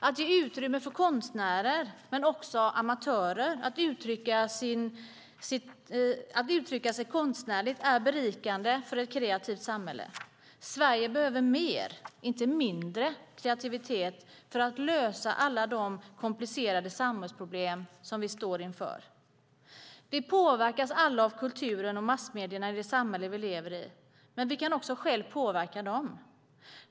Att ge utrymme för konstnärer, och också för amatörer, att uttrycka sig konstnärligt är berikande för ett kreativt samhälle. Sverige behöver mer, inte mindre, kreativitet för att lösa alla de komplicerade samhällsproblem som vi står inför. Vi påverkas alla av kulturen och massmedierna i det samhälle vi lever i. Men vi kan också själva påverka dessa.